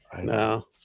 No